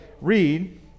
read